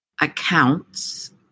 accounts